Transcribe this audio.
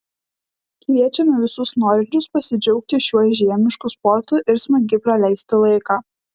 kviečiame visus norinčius pasidžiaugti šiuo žiemišku sportu ir smagiai praleisti laiką